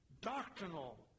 doctrinal